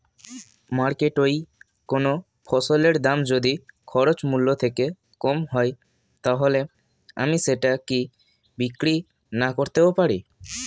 মার্কেটৈ কোন ফসলের দাম যদি খরচ মূল্য থেকে কম হয় তাহলে আমি সেটা কি বিক্রি নাকরতেও পারি?